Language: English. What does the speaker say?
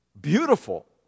beautiful